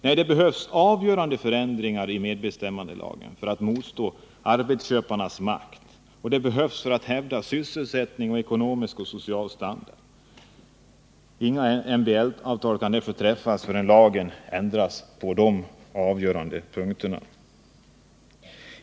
Nej, det behövs avgörande förändringar i medbestämmandelagen för att motstå arbetsköparnas makt, och det behövs för att hävda sysselsättning och ekonomisk och social standard. Inget MBL-avtal skall därför träffas förrän lagen ändrats på de avgörande punkterna.